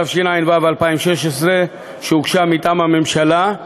התשע"ו 2016, שהוגשה מטעם הממשלה,